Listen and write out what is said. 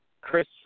Chris